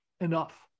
enough